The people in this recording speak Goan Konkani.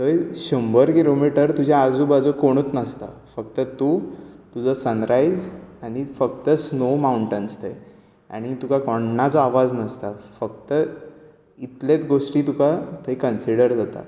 थंय शंबर किलोमिटर तुज्या आजु बाजूक कोणूच नासता फक्त तूं तुजो सनरायज आनी फक्त स्नो माऊंटन्स ते आनी तुका कोण्णाचो आवाज नासता फक्त इतलेंच गोश्टी तुका थंय कन्सीडर जाता